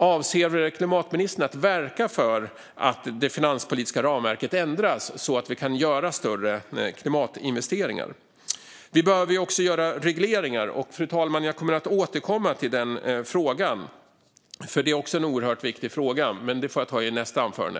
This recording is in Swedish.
Avser klimatministern att verka för att det finanspolitiska ramverket ska ändras, så att vi kan göra större klimatinvesteringar? Vi behöver också göra regleringar. Och, fru talman, jag kommer att återkomma till den frågan, som är oerhört viktig, i nästa anförande.